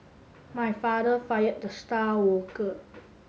my father fired the star worker